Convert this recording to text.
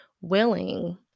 willing